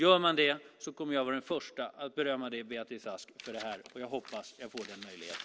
Gör man det kommer jag att vara den första att berömma Beatrice Ask, och jag hoppas att jag får den möjligheten.